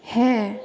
হ্যাঁ